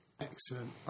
Excellent